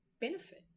benefit